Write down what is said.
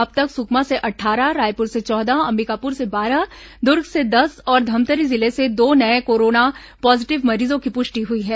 अब तक सुकमा से अट्ठारह रायपुर से चौदह अंबिकापुर से बारह दुर्ग से दस और धमतरी जिले से दो नये कोरोना पॉजीटिव मरीजों की पुष्टि हुई है